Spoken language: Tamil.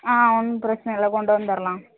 ஆ ஒன்றும் பிரச்சனை இல்லை கொண்டு வந்துரலாம்